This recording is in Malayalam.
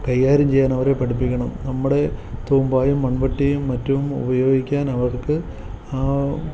കൈകാര്യം ചെയ്യാനവരെ പഠിപ്പിക്കണം നമ്മുടെ തൂമ്പയും മൺവെട്ടിയും മറ്റും ഉപയോഗിക്കാനവർക്ക്